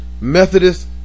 Methodist